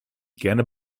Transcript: gerne